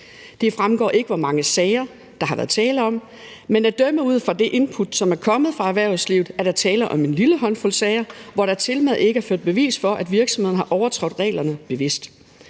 Det fremgår ikke, hvor mange sager der har været tale om, men at dømme ud fra de input, der er kommet fra erhvervslivet, er der tale om en lille håndfuld sager, hvor der tilmed ikke er ført bevis for, at virksomheden har overtrådt reglerne bevidst.